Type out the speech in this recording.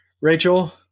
rachel